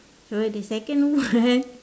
for the second one